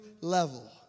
level